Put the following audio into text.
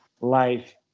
life